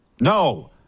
no